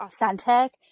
authentic